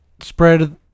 spread